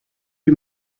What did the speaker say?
you